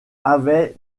avait